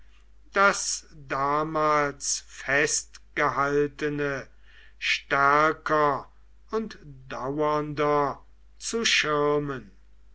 das damals festgehaltene stärker und dauernder zu schirmen